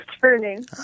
turning